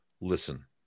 listen